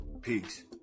Peace